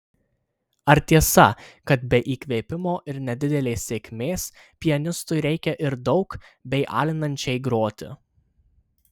ar tiesa kad be įkvėpimo ir nedidelės sėkmės pianistui reikia ir daug bei alinančiai groti